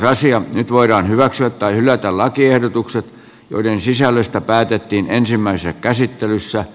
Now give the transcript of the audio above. nyt voidaan hyväksyä tai hylätä lakiehdotukset joiden sisällöstä päätettiin ensimmäisessä käsittelyssä